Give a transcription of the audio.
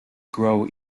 grow